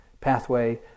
pathway